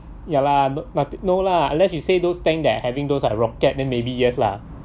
ya lah but no lah unless you say those tank that are having those like rocket then like maybe yes lah